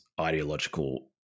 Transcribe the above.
ideological